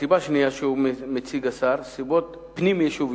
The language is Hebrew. סיבות נוספות שמציג השר הן סיבות פנים-יישוביות,